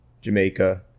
Jamaica